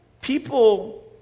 People